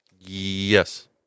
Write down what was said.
yes